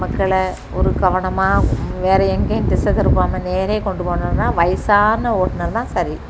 மக்களை ஒரு கவனமாக வேறு எங்கேயும் திசை திருப்பாமல் நேரா கொண்டு போகணும்னா வயசான ஓட்டுநர் தான் சரி